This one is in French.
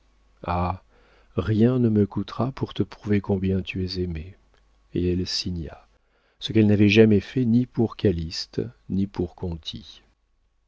rien ne me coûtera pour te prouver combien tu es aimé et elle signa ce qu'elle n'avait jamais fait ni pour calyste ni pour